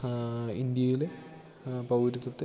ഇന്ത്യയിൽ പൗരത്വത്തെ